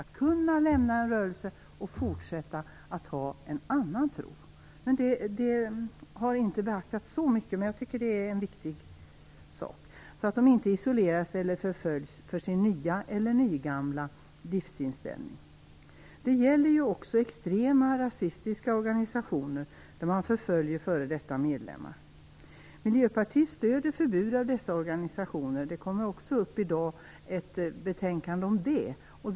Att kunna lämna en rörelse och fortsätta att ha en annan tro - det är religionsfrihet. Detta har inte beaktats så mycket, men jag tycker att det är viktigt. Dessa människor får inte isoleras eller förföljas på grund av sin nya eller nygamla livsinställning. Detta gäller också extrema rasistiska organisationer som förföljer före detta medlemmar. Miljöpartiet stöder ett förbud av dessa organisationer. Vi skall i dag även behandla ett betänkande om detta.